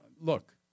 look